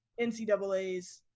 NCAAs